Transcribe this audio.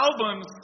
albums